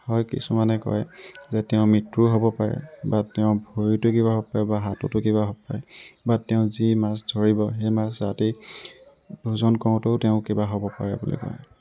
হয় কিছুমানে কয় যে তেওঁ মৃত্যু হ'ব পাৰে বা তেওঁ ভৰিতো কিবা হ'ব পাৰে বা হাততো কিবা হ'ব পাৰে বা তেওঁ যি মাছ ধৰিব সেই মাছ ৰাতি ভোজন কৰোঁতেও তেওঁ কিবা হ'ব পাৰে বুলি কয়